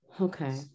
okay